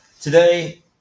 Today